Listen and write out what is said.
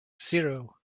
zero